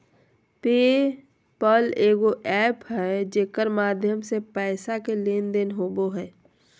पे पल एगो एप्प है जेकर माध्यम से पैसा के लेन देन होवो हय